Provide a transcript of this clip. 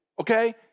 okay